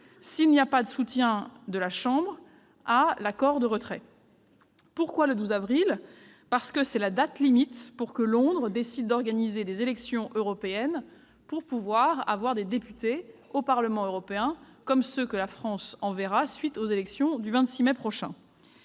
en l'absence de soutien de la Chambre à l'accord de retrait. Pourquoi le 12 avril ? C'est la date limite pour que Londres décide d'organiser des élections européennes afin de disposer de députés au Parlement européen, comme ceux que la France y enverra à la suite des élections du 26 mai prochain.